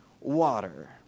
water